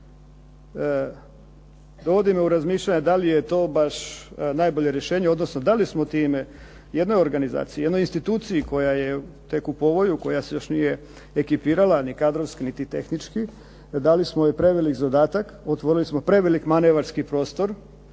dovodi me u razmišljanje da li je to baš najbolje rješenje, odnosno da li smo ti jednoj organizaciji, jednoj instituciji koja je tek u povoju, koja se još nije ekipirala ni kadrovski, niti tehnički dali smo joj prevelik zadatak, otvorili smo prevelik manevarski prostor